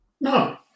No